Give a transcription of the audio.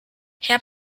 herr